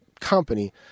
company